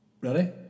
Ready